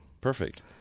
perfect